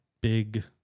big